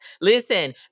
Listen